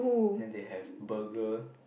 then they have burger